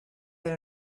than